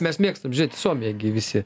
mes mėgstam žiūrėt į suomiją gi visi